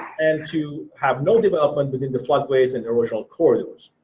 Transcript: and to have no development within the flood waves and original corridors.